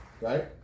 right